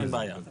אין בעיה.